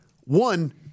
one